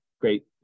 great